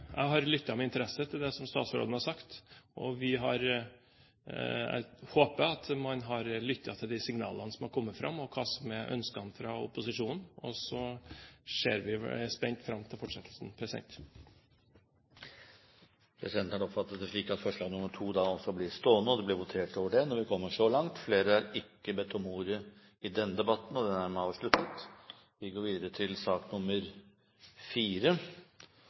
statsråden har sagt. Jeg håper at man har lyttet til de signalene som har kommet fram, hva som er ønskene fra opposisjonen. Så ser vi spent fram til fortsettelsen. Presidenten har oppfattet det slik at forslag nr. 2 blir stående, og at det blir votert over når vi kommer så langt. Flere har ikke bedt om ordet til sak nr. 3. Forbudet mot profesjonell boksing ble vedtatt i 1981, og